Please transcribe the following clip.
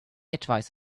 advice